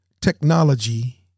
technology